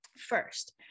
first